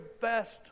best